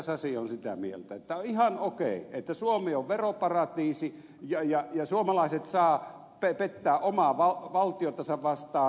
sasi on sitä mieltä että tämä on ihan okei että suomi on veroparatiisi ja suomalaiset saavat pettää omaa valtiotansa käyttämällä hallintarekisteriä